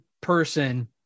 person